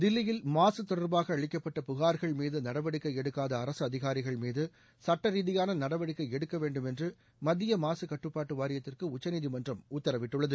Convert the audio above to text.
தில்லியில் மாசு தொடர்பாக அளிக்கப்பட்ட புகார்கள் மீது நடவடிக்கை எடுக்காத அரசு அதிகாரிகள் மீது சுட்ட ரீதியான நடவடிக்கை எடுக்க வேண்டும் என்று மத்திய மாக கட்டுப்பாட்டு வாரியத்திற்கு உச்சநீதிமன்றம் உத்தரவிட்டுள்ளது